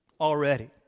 already